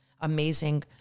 amazing